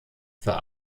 für